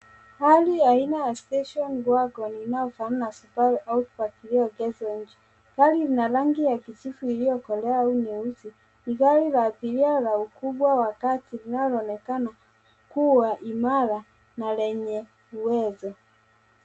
Gari aina ya station wagon inayofanana na Subaru iliyoegeshwa nje. Gari lina rangi ya kijivu iliyokolea au nyeusi . Ni gari la abiria la ukubwa wa kati linaloonekana kuwa imara na lenye uwezo.